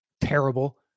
terrible